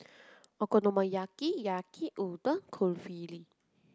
Okonomiyaki Yaki Udon Kulfi